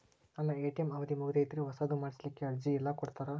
ನನ್ನ ಎ.ಟಿ.ಎಂ ಅವಧಿ ಮುಗದೈತ್ರಿ ಹೊಸದು ಮಾಡಸಲಿಕ್ಕೆ ಅರ್ಜಿ ಎಲ್ಲ ಕೊಡತಾರ?